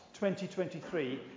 2023